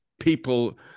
people